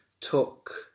took